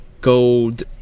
gold